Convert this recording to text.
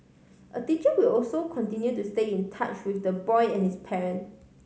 a teacher will also continue to stay in touch with the boy and his parent